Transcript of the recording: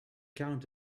count